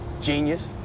genius